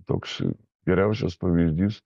toks geriausias pavyzdys